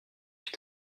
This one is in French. plus